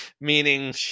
meaning